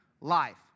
life